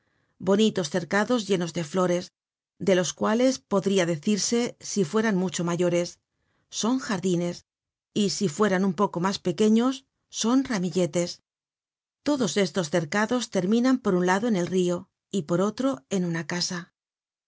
bonitos cercados llenos de flores de los cuales podria decirse si fueran mucho mayores son jardines y si fueran un poco mas pequeños son ramilletes todos estos cercados terminan por un lado en el rio y por otro en una casa